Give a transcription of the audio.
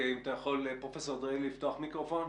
אחר כך שואלים למה היה שינוי.